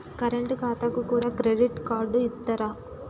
Current ఖాతాకు కూడా credit card ఇత్తరా?